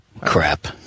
crap